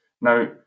Now